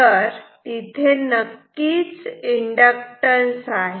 तर तिथे नक्कीच इंडक्टॅन्स आहे